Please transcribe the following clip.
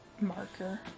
marker